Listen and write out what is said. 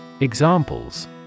Examples